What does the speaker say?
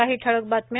काही ठळक बातम्या